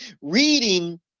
reading